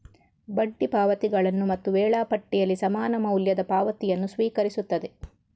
ಬಡ್ಡಿ ಪಾವತಿಗಳನ್ನು ಮತ್ತು ವೇಳಾಪಟ್ಟಿಯಲ್ಲಿ ಸಮಾನ ಮೌಲ್ಯದ ಪಾವತಿಯನ್ನು ಸ್ವೀಕರಿಸುತ್ತದೆ